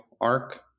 arc